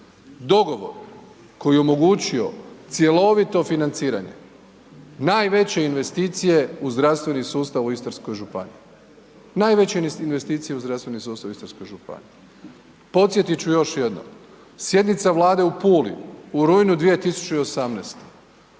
Dogovor koji je omogućio cjelovito financiranje najveće investicije u zdravstveni sustav u Istarskoj županiji. Podsjetiti ću još jednom, sjednica Vlade u Puli, u rujnu 2018.,